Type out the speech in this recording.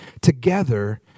together